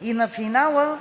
И на финала